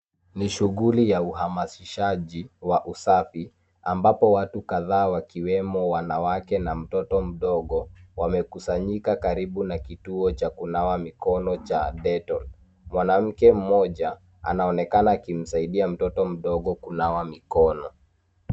Ni shughuli ya uhamasishaji wa usafi ambapo watu kadhaa wakiwemo wanawake na mtoto mdogo wamekusanyika karibu na kituo cha kunawa mikono cha Dettol. Mwanamke mmoja anaonekana kumsaidia mtoto mdogo kunawa mikono.